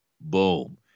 Boom